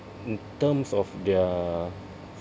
in terms of their